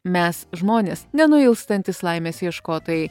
mes žmonės nenuilstantys laimės ieškotojai